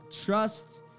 Trust